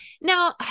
now